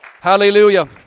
Hallelujah